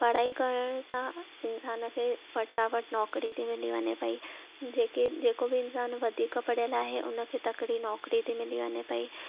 पढ़ाई करण सां इंसान खे फटाफट नोकरी थी मिली वञे पई जेके जेको बि इंसान वधीक पढ़ियल आहे उन खे तकड़ी नोकरी थी मिली वञे पई